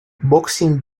boxing